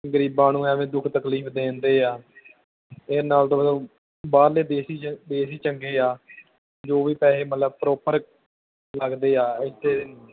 ਗਰੀਬਾਂ ਨੂੰ ਐਵੇਂ ਦੁੱਖ ਤਕਲੀਫ ਦਿੰਦੇ ਆ ਇਹਦੇ ਨਾਲ ਤੋਂ ਮਤਲਬ ਬਾਹਰਲੇ ਦੇਸ਼ ਹੀ ਦੇਸ਼ ਹੀ ਚੰਗੇ ਆ ਜੋ ਵੀ ਪੈਸੇ ਮਤਲਬ ਪ੍ਰੋਪਰ ਲੱਗਦੇ ਆ ਇੱਥੇ